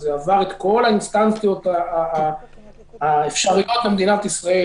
זה עבר את כל האינסטנציות האפשריות במדינת ישראל,